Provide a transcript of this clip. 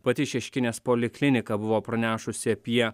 pati šeškinės poliklinika buvo pranešusi apie